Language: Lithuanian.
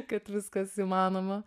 kad viskas įmanoma